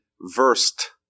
versed